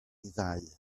ddau